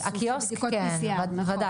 האיסוף של בדיקות PCR. אוקי.